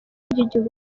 ry’igihugu